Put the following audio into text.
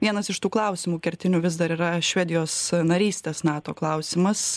vienas iš tų klausimų kertinių vis dar yra švedijos narystės nato klausimas